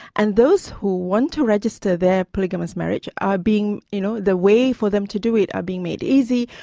and those who want to register their polygamist marriage are being, you know, the way for them to do it are being made easy,